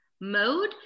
mode